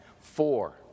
Four